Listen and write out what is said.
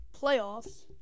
playoffs